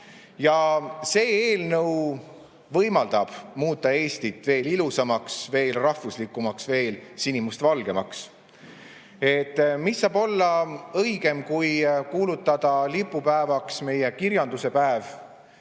See eelnõu võimaldab muuta Eestit veel ilusamaks, veel rahvuslikumaks, veel sinimustvalgemaks. Mis saab olla õigem, kui kuulutada lipupäevaks meie kirjanduse päev